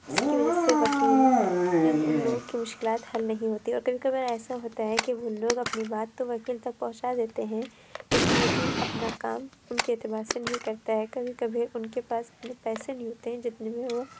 جس کی وجہ سے وکیل اِن اُن لوگوں کی مشکلات حل نہیں ہوتے اور کبھی کبھار ایسا ہوتا ہے کہ اُن لوگ اپنی بات تو وکیل تک پہنچا دیتے ہیں لیکن وکیل اپنا کام اُن کے اعتبار سے نہیں کرتا ہے کبھی کبھی اُن کے پاس اتنے پیسے نہیں ہوتے ہیں جتنے میں وہ